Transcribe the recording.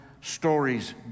stories